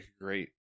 great